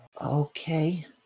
Okay